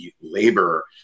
labor